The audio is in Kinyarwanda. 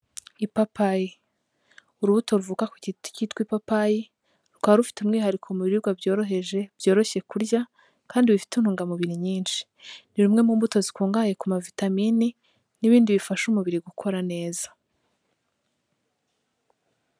Ipapayi urubuto ruvuka ku giti cyitwa ipapayi, rukaba rufite umwihariko mu biribwa byoroheje byoroshye kurya kandi bifite intungamubiri nyinshi, ni rumwe mu mbuto zikungahaye ku ma vitamini n'ibindi bifasha umubiri gukora neza.